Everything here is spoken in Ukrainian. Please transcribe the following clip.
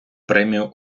премію